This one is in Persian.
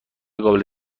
قابل